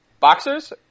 Boxers